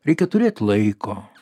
reikia turėt laiko